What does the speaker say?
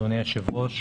אדוני היושב ראש.